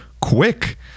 quick